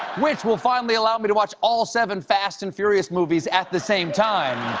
which will finally allow me to watch all seven fast and furious movies at the same time.